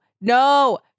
no